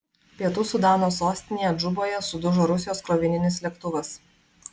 pietų sudano sostinėje džuboje sudužo rusijos krovininis lėktuvas